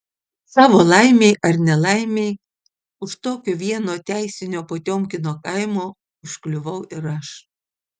savo laimei ar nelaimei už tokio vieno teisinio potiomkino kaimo užkliuvau ir aš